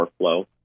workflow